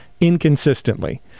inconsistently